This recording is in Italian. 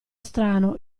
strano